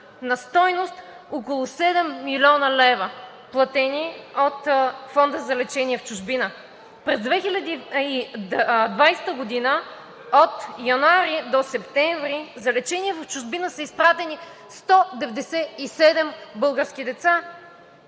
на стойност около 7 млн. лв., платени от Фонда за лечение в чужбина. През 2020 г. – от януари до септември, за лечение в чужбина са изпратени 197 български деца.